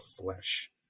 flesh